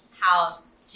house